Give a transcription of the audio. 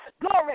Glory